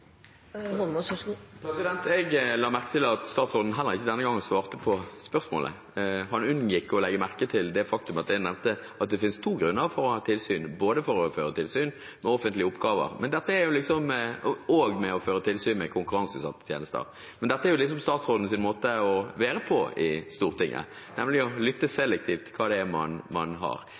Jeg la merke til at statsråden heller ikke denne gangen svarte på spørsmålet. Han unngikk å legge merke til det faktum at jeg nevnte at det finnes to grunner for å ha tilsyn, både å føre tilsyn med offentlige oppgaver og føre tilsyn med konkurranseutsatte tjenester. Dette er liksom statsrådens måte å være på i Stortinget, nemlig å lytte selektivt til hva som er sagt fra talerstolen. Siden vedlikehold var tatt opp: Stemmer det at mer enn halvparten av satsingen på jernbanesektoren er